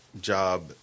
job